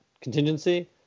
contingency